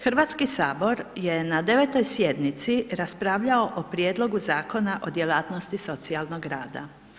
Hrvatski sabor je na 9. sjednici, raspravljao o prijedlogu Zakona o djelatnosti socijalnog rada.